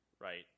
Right